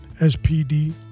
SPD